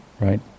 right